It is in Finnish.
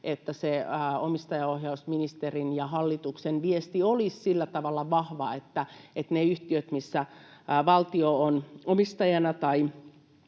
että omistajaohjausministerin ja hallituksen viesti olisi sillä tavalla vahva, että ne yhtiöt, missä valtio on omistajana tai